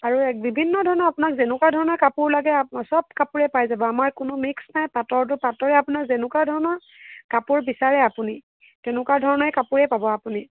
আৰু এক বিভিন্ন ধৰণৰ আপোনাক যেনেকুৱা ধৰণৰ কাপোৰ লাগে সব কাপোৰেই পাই যাব আমাৰ কোনো মিক্স নাই পাটৰটো পাতৰে আপোনাৰ যেনেকুৱা ধৰণৰ কাপোৰ বিচাৰে আপুনি তেনেকুৱা ধৰণৰ কাপোৰেই পাব আপুনি